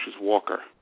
Walker